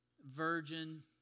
virgin